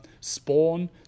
Spawn